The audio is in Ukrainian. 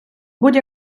будь